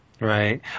Right